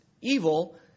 evil